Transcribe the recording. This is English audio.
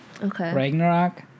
Ragnarok